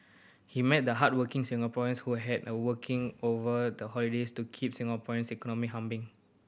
he met the hardworking Singaporeans who had a working over the holidays to keep Singapore's economy humming